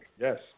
Yes